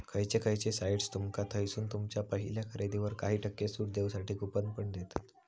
खयचे खयचे साइट्स तुमका थयसून तुमच्या पहिल्या खरेदीवर काही टक्के सूट देऊसाठी कूपन पण देतत